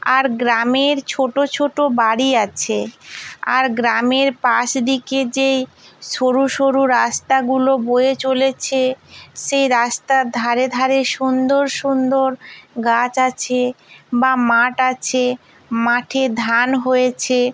আর গ্রামের ছোটো ছোটো বাড়ি আছে আর গ্রামের পাশ দিকে যেই সরু সরু রাস্তাগুলো বয়ে চলেছে সেই রাস্তার ধারে ধারে সুন্দর সুন্দর গাছ আছে বা মাঠ আছে মাঠে ধান হয়েছে